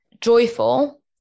joyful